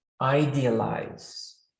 idealize